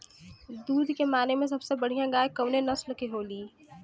दुध के माने मे सबसे बढ़ियां गाय कवने नस्ल के होली?